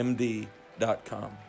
Md.com